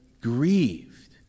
grieved